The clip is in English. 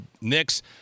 Knicks